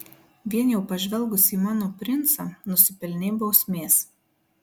vien jau pažvelgusi į mano princą nusipelnei bausmės